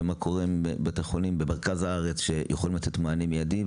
ומה קורה עם בתי חולים במרכז הארץ שיכולים לתת מענה מיידי.